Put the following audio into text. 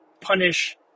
punish